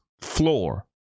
floor